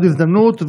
עוד הזדמנות,